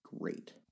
great